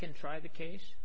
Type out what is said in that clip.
can try the case